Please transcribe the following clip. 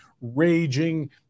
raging